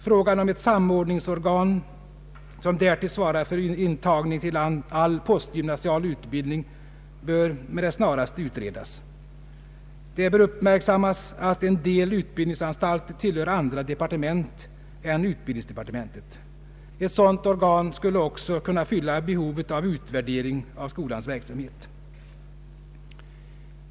Frågan om ett samordningsorgan, som därtill svarar för intagning till all postgymnasial utbildning, bör med det snaraste utredas. Det bör uppmärksammas att en del utbildningsanstalter tillhör andra departement än utbildningsdepartementet. Ett sådant organ skulle också kunna fylla behovet av utvärdering av skolans verksamhet.